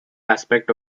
aspect